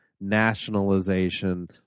nationalization